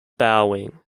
bowing